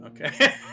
okay